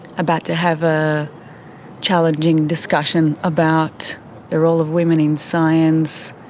about to have a challenging discussion about the role of women in science.